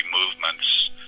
movements